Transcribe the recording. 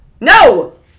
no